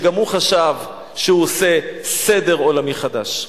שגם הוא חשב שהוא עושה סדר עולמי חדש.